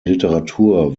literatur